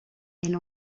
elle